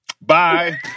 Bye